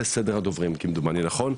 זה סדר הדוברים, כמדומני, נכון?